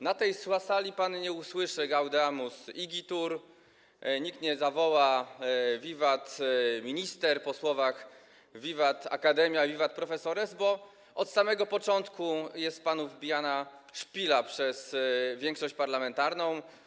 Na tej sali pan nie usłyszy „Gaudeamus igitur”, nikt nie zawoła: „Vivat minister!” po słowach: „Vivat Academia, vivant professores!”, bo od samego początku jest panu wbijana szpila przez większość parlamentarną.